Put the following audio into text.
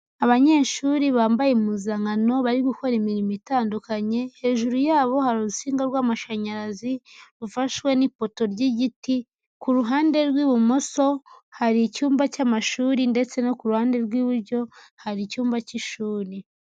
Abanyeshuri bambaye impuzankano bari gukora imirimo itandukanye, hejuru yabo hari urusinga rw'amashanyarazi rufashwe n'ipoto ry'igiti, ku ruhande rw'ibumoso hari icyumba cy'amashuri ndetse no ku ruhande rw'iburyo hari icyumba cy'ishuri.